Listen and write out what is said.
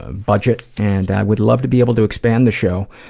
ah budget and i would love to be able to expand the show,